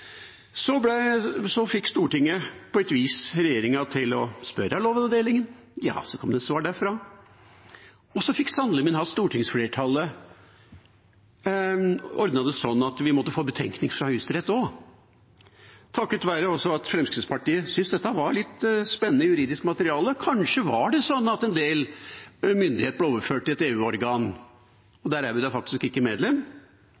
Så fikk Stortinget på et vis regjeringa til å spørre Lovavdelingen, så kom det svar derfra, og så fikk sannelig min hatt stortingsflertallet ordnet det slik at vi også måtte få betenkning fra Høyesterett, også takket være at Fremskrittspartiet syntes dette var litt spennende juridisk materiale. Kanskje var det sånn at en del myndighet ble overført til et EU-organ, og der er vi da faktisk ikke medlem.